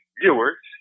viewers